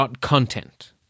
.content